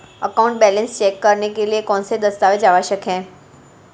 Account balance check करने के लिए कौनसे दस्तावेज़ आवश्यक हैं?